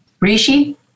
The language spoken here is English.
Rishi